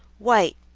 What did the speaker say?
white,